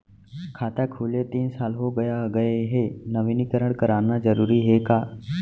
खाता खुले तीन साल हो गया गये हे नवीनीकरण कराना जरूरी हे का?